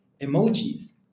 emojis